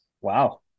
wow